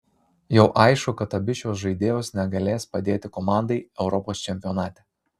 jau aišku kad abi šios žaidėjos negalės padėti komandai europos čempionate